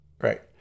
Right